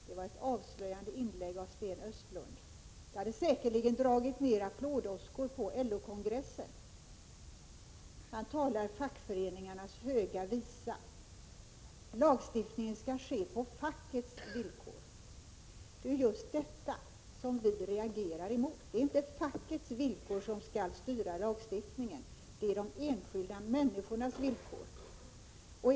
Herr talman! Det var ett avslöjande inlägg av Sten Östlund. Det hade säkerligen dragit ned applådåskor på LO-kongressen. Han talar fackföreningarnas höga visa. Lagstiftningen skall ske på fackets villkor. Det är just detta som vi reagerar emot. Det är inte fackets villkor som skall styra lagstiftningen, utan det är de enskilda människornas villkor.